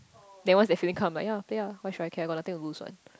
then once that feeling come I'm like ya play ah why should I care I got nothing lose what